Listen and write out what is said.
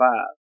Five